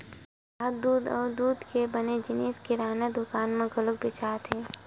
आज दूद अउ दूद के बने जिनिस किराना दुकान म घलो बेचावत हे